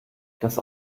das